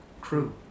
crew